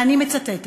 אני מצטטת: